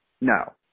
no